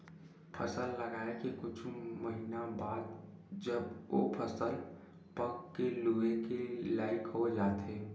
फसल लगाए के कुछ महिना बाद जब ओ फसल पक के लूए के लइक हो जाथे